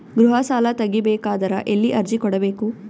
ಗೃಹ ಸಾಲಾ ತಗಿ ಬೇಕಾದರ ಎಲ್ಲಿ ಅರ್ಜಿ ಕೊಡಬೇಕು?